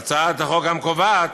והצעת החוק גם קובעת,